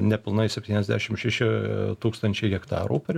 nepilnai septyniasdešim šeši tūkstančiai hektarų per